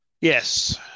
yes